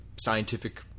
scientific